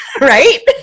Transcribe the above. Right